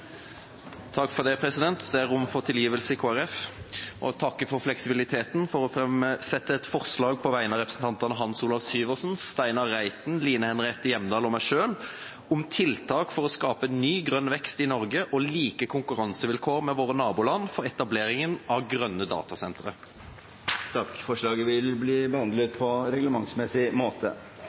Det er rom for tilgivelse i Kristelig Folkeparti. Jeg takker for fleksibiliteten og framsetter et forslag på vegne av representantene Hans Olav Syversen, Steinar Reiten, Line Henriette Hjemdal og meg selv om tiltak for å skape en ny grønn vekst i Norge og like konkurransevilkår med Norges naboland for etableringen av grønne datasentre. Forslaget vil bli behandlet på reglementsmessig måte.